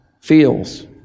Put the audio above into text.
feels